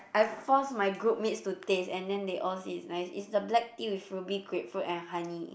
I force my group mates to taste and then they all say is nice is the black tea with ruby grapefruit and honey